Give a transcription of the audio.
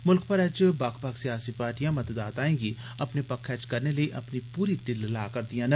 मुल्ख भरै च बक्ख बक्ख सियासी पार्टियां मतदाताएं गी अपने पक्खै च करने लेई अपनी पूरी टिल्ल ला करदियां न